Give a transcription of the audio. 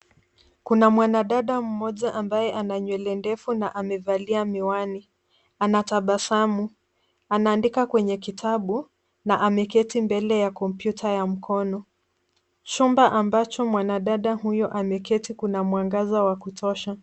Kuna mwanadada mmoja ambaye ana nywele ndefu na amevalia miwani. Anatabasamu, anaandika kwenye kitabu na ameketi mbele ya kompyuta ya mkono. Chumba ambacho mwanadada huyo ameketi kuna mwangaza wa kutosha.